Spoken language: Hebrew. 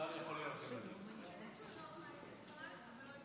שלוש דקות לרשותך,